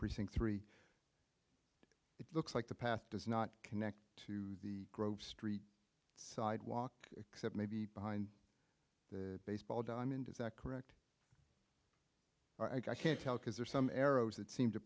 precinct three it looks like the path does not connect to the grove street sidewalk except maybe behind the baseball diamond is that correct i can't tell because there are some arrows that seem to